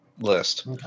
list